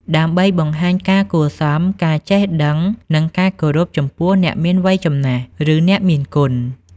ដើម្បីបង្ហាញការគួរសម ការចេះដឹង និងការគោរពចំពោះអ្នកមានវ័យចំណាស់ ឬអ្នកមានគុណ។